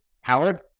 Howard